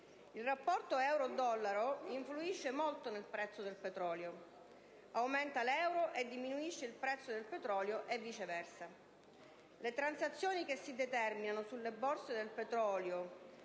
Il rapporto euro-dollaro influisce molto sul prezzo del petrolio: aumenta l'euro e diminuisce il prezzo del petrolio e viceversa. Le transazioni che si determinano sulle borse del petrolio